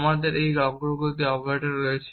আমাদের এই অগ্রগতি অপারেটর রয়েছে